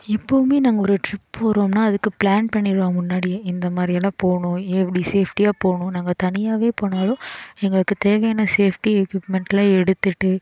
எப்போதுமே நாங்கள் ஒரு டிரிப் போறோம்னா அதுக்கு பிளான் பண்ணிடுவோம் முன்னாடியே இந்த மாதிரியெல்லாம் போகணும் எப்படி சேஃப்ட்டியாக போகணும் நாங்கள் தனியாகவே போனாலும் எங்களுக்கு தேவையான சேஃப்ட்டி எக்யூப்மெண்ட்லாம் எடுத்துகிட்டு